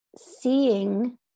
seeing